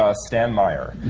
ah stan meyer.